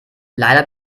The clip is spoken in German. leider